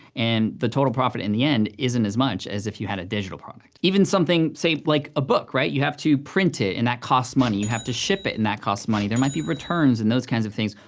and the total profit in the end, isn't as much as if you had a digital product. even something, say, like a book, right? you have to print it, and that costs money, you have to ship it, and that costs money, there might be returns, and those kinds of things,